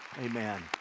Amen